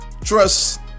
trust